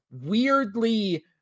weirdly